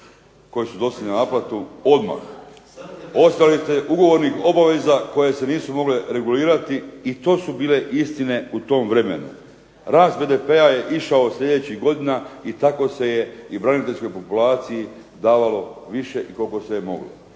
koji su došli na naplatu odmah. Ostalih ugovornih obaveza koje se nisu mogle regulirati i to su bile istine u tom vremenu. Rast BDP-a je išao sljedećih godina i tako se je i braniteljskoj populaciji davalo više i koliko se je moglo.